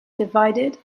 divided